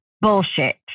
bullshit